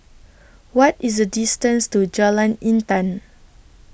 What IS The distance to Jalan Intan